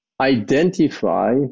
identify